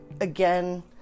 again